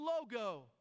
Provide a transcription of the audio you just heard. logo